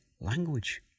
language